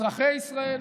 לאזרחי ישראל.